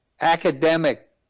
academic